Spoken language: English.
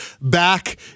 back